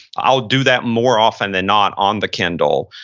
i'll do that more often than not on the kindle.